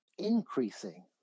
increasing